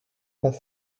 pas